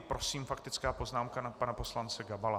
Prosím faktická poznámka pana poslance Gabala.